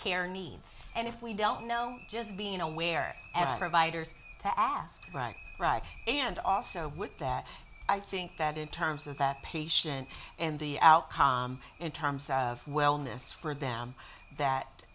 care needs and if we don't know just being aware ever abiders to ask right right and also with that i think that in terms of that patient and the outcome in terms of wellness for them that